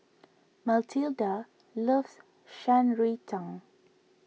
Matilda loves Shan Rui Tang